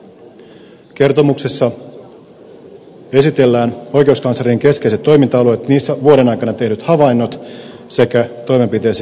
kertomuksessa esitellään oikeuskanslerin keskeiset toiminta alueet niissä vuoden aikana tehdyt havainnot sekä toimenpiteisiin johtaneet asiat